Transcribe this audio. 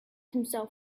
himself